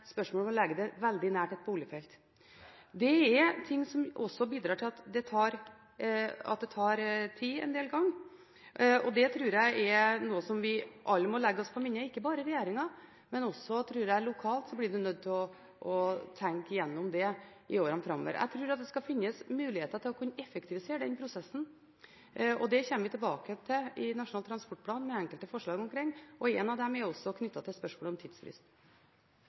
å gjøre at det en del ganger tar tid. Det tror jeg er noe vi alle må legge oss på minne – ikke bare regjeringen, men også lokalt er man nødt til å tenke gjennom det i årene framover. Jeg tror at det finnes muligheter for å kunne effektivisere denne prosessen. Vi kommer tilbake i Nasjonal transportplan med enkelte forslag omkring det – en av dem er knyttet til spørsmål om tidsfrist.